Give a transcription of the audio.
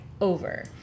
over